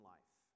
Life